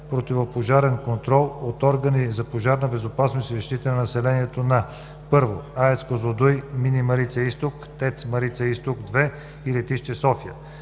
противопожарен контрол от органи за пожарна безопасност и защита на населението на: 1. АЕЦ Козлодуй, Мини „Марица-изток“, ТЕЦ „Марица-изток 2“ и Летище София;